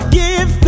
give